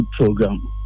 program